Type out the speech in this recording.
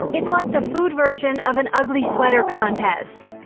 it's like the food version of an ugly sweater contest.